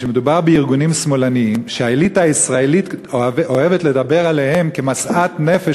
שמדובר בארגונים שמאלניים שהאליטה הישראלית אוהבת לדבר עליהם כמשאת נפש